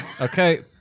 okay